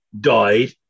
died